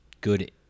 good